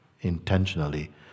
intentionally